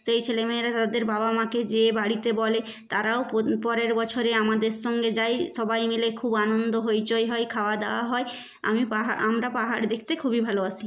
তো এই ছেলে মেয়েরা তাদের বাবা মাকে যেয়ে বাড়িতে বলে তারাও পোত পরের বছরে আমাদের সঙ্গে যায় সবাই মিলে খুব আনন্দ হইচই হয় খাওয়া দাওয়া হয় আমি পাহা আমরা পাহাড় দেখতে খুবই ভালোবাসি